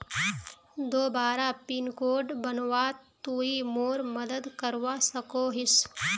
दोबारा pin code बनवात तुई मोर मदद करवा सकोहिस?